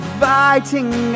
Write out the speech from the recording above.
fighting